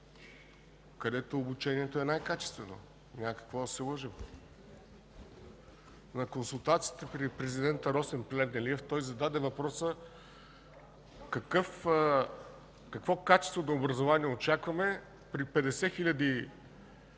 Там обучението е най-качествено, няма какво да се лъжем. На консултациите при президента Росен Плевнелиев той зададе въпроса: какво качество на образование очакваме – при 50